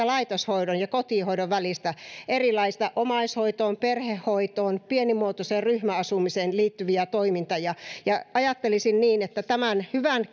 laitoshoidon ja kotihoidon välistä erilaisia omaishoitoon perhehoitoon tai pienimuotoiseen ryhmäasumiseen liittyviä toimintoja ajattelisin että tämän hyvän